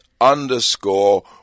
underscore